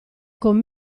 con